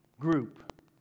group